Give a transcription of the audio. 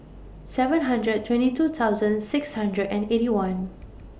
seven hundred twenty two thousand six hundred and Eighty One